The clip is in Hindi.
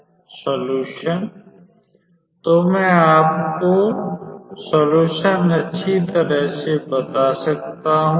सॉल्यूशन तो मैं आपको हल अच्छी तरह से बता सकता हूं